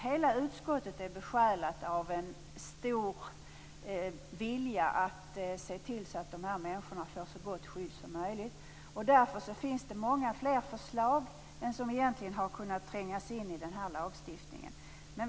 Hela utskottet är besjälat av en stor vilja att se till att de berörda får ett så gott skydd som möjligt. Det finns därför många fler förslag än vad som har kunnat inrymmas i lagstiftningen.